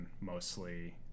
mostly